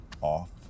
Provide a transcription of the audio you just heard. off